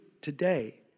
today